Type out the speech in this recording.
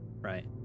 right